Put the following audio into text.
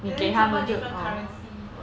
and then some more different currency